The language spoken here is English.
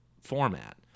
format